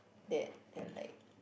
dad that like